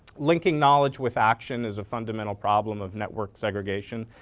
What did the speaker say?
linking knowledge with action is a fundamental problem of network segregation.